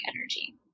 energy